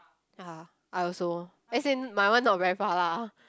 ya I also as in my one not very far lah